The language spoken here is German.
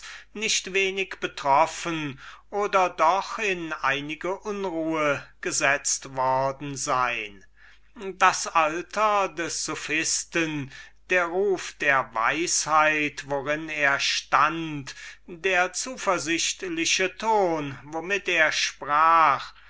nicht wenig betroffen oder doch wenigstens in einige unruhe gesetzt worden sein das alter des hippias der ruf der weisheit worin er stand der zuversichtliche ton womit er sprach